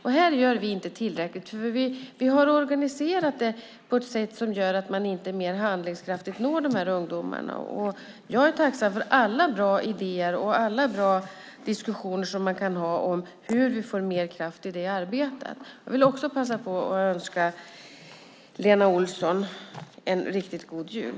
För dem gör vi inte tillräckligt eftersom vi har organiserat det hela på ett sätt som gör att man inte når de här ungdomarna på ett mer handlingskraftigt sätt. Jag är tacksam för alla goda idéer och alla bra diskussioner som man kan ha om hur vi får mer kraft i det arbetet. Jag vill också passa på att önska Lena Olsson en riktigt god jul.